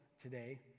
today